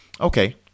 okay